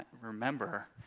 remember